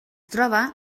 troba